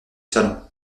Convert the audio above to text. salon